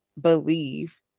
believe